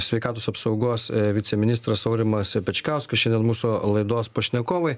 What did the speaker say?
sveikatos apsaugos viceministras aurimas e pečkauskas šiandien mūsų laidos pašnekovai